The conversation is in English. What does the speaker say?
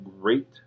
great